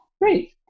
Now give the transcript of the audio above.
great